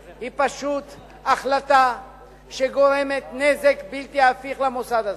זו פשוט החלטה שגורמת נזק בלתי הפיך למוסד הזה.